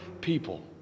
people